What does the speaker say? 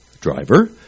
driver